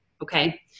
Okay